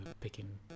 picking